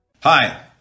Hi